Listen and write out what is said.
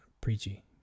preachy